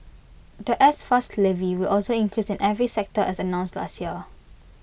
The S pass levy will also increase in every sector as announced last year